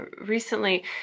recently